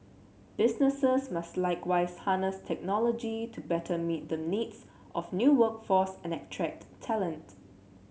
businesses must likewise harness technology to better meet the needs of new workforce and attract talent